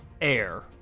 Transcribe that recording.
air